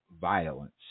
violence